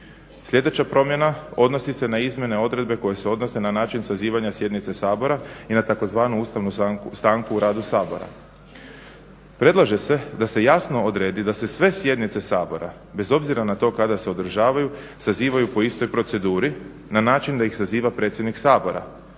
Sljedeća promjena odnosi se na izmjene odredbe koje se odnose na način sazivanja sjednice Sabora i na tzv. ustavnu stanku u radu Sabora. Predlaže se da se jasno odredi da se sve sjednice Sabora, bez obzira na to kada se održavaju, sazivaju po istoj proceduri na način da ih saziva predsjednik Sabora,